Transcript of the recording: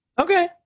okay